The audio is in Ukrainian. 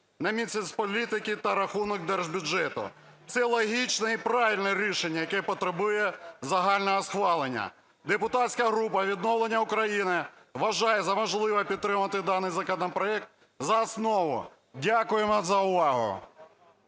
на Мінсоцполітики та рахунок держбюджету. Це логічне і правильне рішення, яке потребує загального схвалення. Депутатська група "Відновлення України" вважає за важливе підтримати даний законопроект за основу. Дякуємо за увагу.